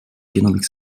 kennelijk